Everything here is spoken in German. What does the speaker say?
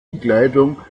bekleidung